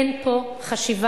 אין פה חשיבה,